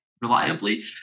reliably